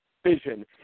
vision